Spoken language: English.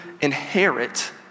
inherit